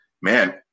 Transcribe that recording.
man